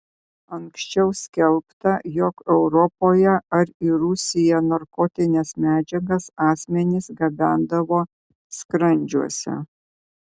anksčiau skelbta jog europoje ar į rusiją narkotines medžiagas asmenys gabendavo skrandžiuose